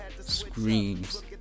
screams